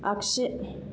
आख्सि